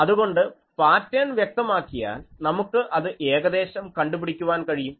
അതുകൊണ്ട് പാറ്റേൺ വ്യക്തമാക്കിയാൽ നമുക്ക് അത് ഏകദേശം കണ്ടുപിടിക്കാൻ കഴിയും